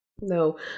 No